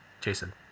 jason